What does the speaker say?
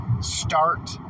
start